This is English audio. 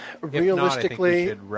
Realistically